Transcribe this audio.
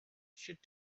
should